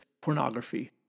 pornography